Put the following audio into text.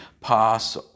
pass